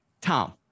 Tom